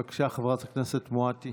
בבקשה, חברת הכנסת מואטי.